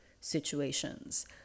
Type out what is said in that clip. situations